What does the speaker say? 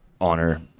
honor